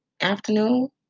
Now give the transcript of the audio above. afternoon